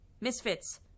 Misfits